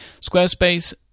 squarespace